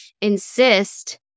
insist